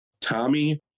tommy